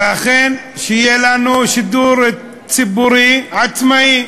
ושיהיה לנו שידור ציבורי עצמאי,